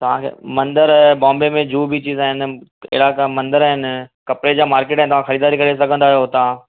तव्हांखे मंदिर बॉम्बे में जूहु बिचीस आहिनि अहिड़ा का मंदर आहिनि कपिड़े जा मार्किट आहिनि तव्हां ख़रीदारी करे सघंदा आहियो तव्हां